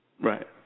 Right